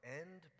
end